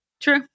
True